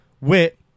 Wit